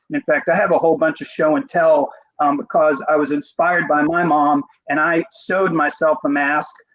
in fact, i have a whole bunch of show and tell because i was inspired by my mom and i sewed myself a mask,